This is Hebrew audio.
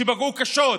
שפגעו קשות